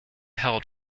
held